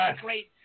great